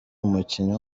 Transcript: umukinnyi